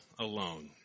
alone